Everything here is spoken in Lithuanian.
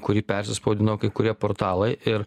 kurį persispausdino kai kurie portalai ir